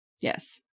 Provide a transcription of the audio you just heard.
Yes